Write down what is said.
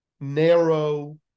narrow